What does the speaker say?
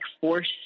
force